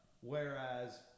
Whereas